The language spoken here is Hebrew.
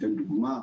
לדוגמה,